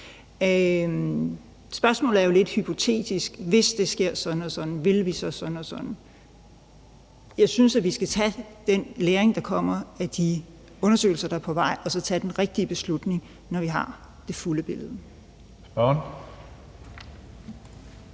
Spørgsmålet er jo lidt hypotetisk: Hvis der sker sådan og sådan, vil vi så sådan og sådan. Jeg synes, at vi skal tage den læring, der kommer af de undersøgelser, der er på vej, og så tage den rigtige beslutning, når vi har det fulde billede.